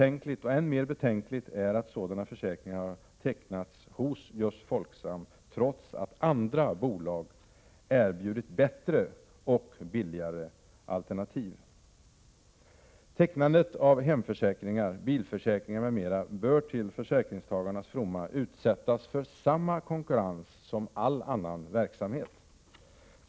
Än mer betänkligt är att sådana försäkringar har tecknats hos just Folksam, trots att andra bolag erbjudit bättre och billigare alternativ. Tecknandet av hemförsäkringar, bilförsäkringar m.m. bör till försäkringstagarnas fromma utsättas för samma konkurrens som all annan verksamhet.